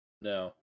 No